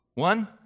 One